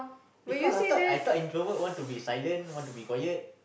because I thought I thought introvert want to be silent want to be quiet